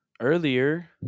Earlier